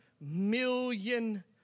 million